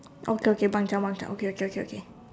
okay okay bun jump one side okay okay okay okay